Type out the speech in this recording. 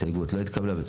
ההסתייגות לא התקבלה.